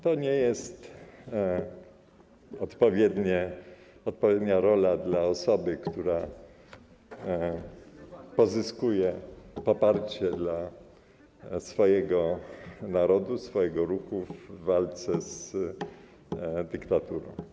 To nie jest odpowiednia rola dla osoby, która pozyskuje poparcie dla swojego narodu, swojego ruchu w walce z dyktaturą.